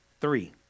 three